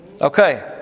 Okay